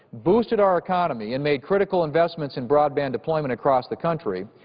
boosted our economy and made critical investments in broadband deployment across the country,